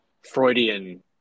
Freudian